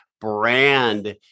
brand